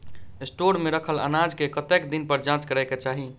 Store मे रखल अनाज केँ कतेक दिन पर जाँच करै केँ चाहि?